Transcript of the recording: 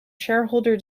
shareholder